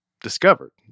discovered